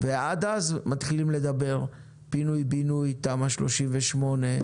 ועד אז מתחילים לדבר על פינוי-בינוי, תמ"א 38,